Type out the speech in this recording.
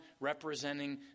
Representing